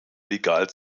legal